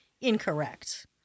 incorrect